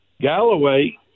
Galloway